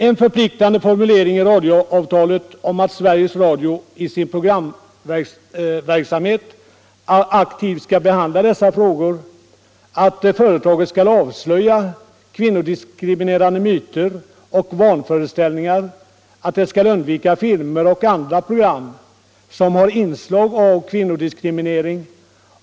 En förpliktande formulering bör finnas med i radioavtalet om att Sveriges Radio i sin programverksamhet skall aktivt behandla dessa frågor, att företaget skall avslöja kvinnodiskriminerande myter och vanföreställningar och att det skall undvika filmer och andra program med inslag av kvinnodiskriminering.